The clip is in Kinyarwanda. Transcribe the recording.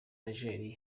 niger